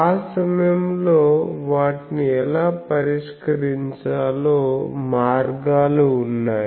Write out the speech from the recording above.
ఆ సమయంలో వాటిని ఎలా పరిష్కరించాలో మార్గాలు ఉన్నాయి